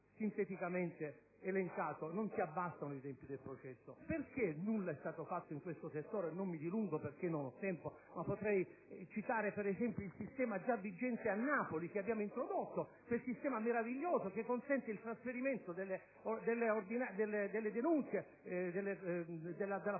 sinteticamente elencato non si abbassano i tempi del processo. Perché nulla è stato fatto in questo settore? Non mi dilungo perché non ho tempo a disposizione, ma potrei citare - per esempio - il sistema già vigente a Napoli che abbiamo introdotto, un sistema meraviglioso che consente il trasferimento delle denunzie della polizia